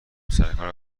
سرکار